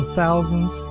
thousands